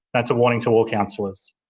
that's a warning to all councillors.